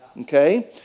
Okay